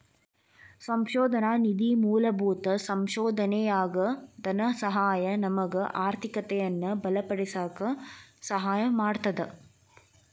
ಸಂಶೋಧನಾ ನಿಧಿ ಮೂಲಭೂತ ಸಂಶೋಧನೆಯಾಗ ಧನಸಹಾಯ ನಮಗ ಆರ್ಥಿಕತೆಯನ್ನ ಬಲಪಡಿಸಕ ಸಹಾಯ ಮಾಡ್ತದ